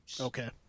Okay